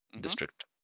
district